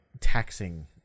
taxing